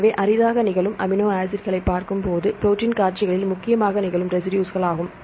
எனவே அரிதாக நிகழும் அமினோ ஆசிட்களைப் பார்க்கும்போது ப்ரோடீன்க் காட்சிகளில் முக்கியமாக நிகழும் ரெசிடுஸ்கள் ஆகும்